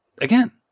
again